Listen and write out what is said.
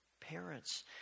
parents